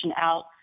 out